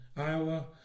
Iowa